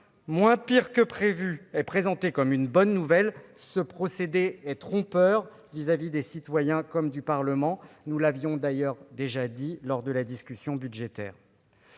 moins mauvais que prévu, est présenté comme une bonne nouvelle, est trompeur vis-à-vis des citoyens comme du Parlement. Nous l'avions d'ailleurs dit lors de la discussion budgétaire.